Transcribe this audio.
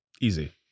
Easy